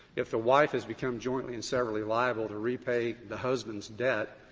if the wife has become jointly and severally liable to repay the husband's debt,